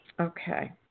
Okay